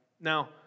Now